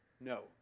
no